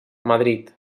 madrid